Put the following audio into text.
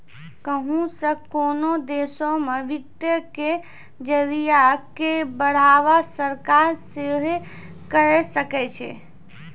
कहुं से कोनो देशो मे वित्त के जरिया के बढ़ावा सरकार सेहे करे सकै छै